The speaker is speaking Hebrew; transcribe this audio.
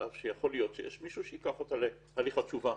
אמנם יש כאלה שייקחו אותה להליך התשובה,